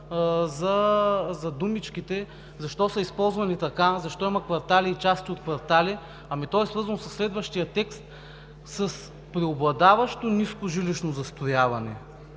за думичките, защо са използвани така, защо има квартали и части от квартали, ами то е свързано със следващия текст – „с преобладаващо ниско жилищно застрояване“.